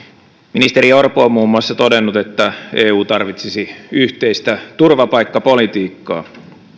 ministeri orpo on muun muassa todennut että eu tarvitsisi yhteistä turvapaikkapolitiikkaa